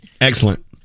excellent